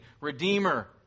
Redeemer